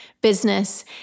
business